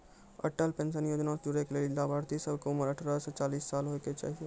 Atal pension योजना से जुड़ै के लेली लाभार्थी सभ के उमर अठारह से चालीस साल होय के चाहि